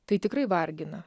tai tikrai vargina